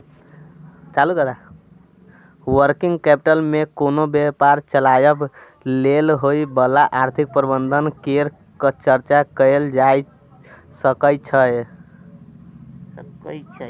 working capital मे कोनो व्यापार चलाबय लेल होइ बला आर्थिक प्रबंधन केर चर्चा कएल जाए सकइ छै